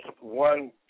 one